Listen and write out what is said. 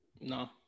no